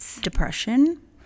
Depression